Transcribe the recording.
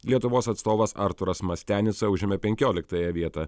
lietuvos atstovas arturas mastianica užėmė penkioliktąją vietą